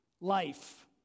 life